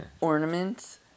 ornaments